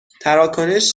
تراکنش